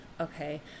okay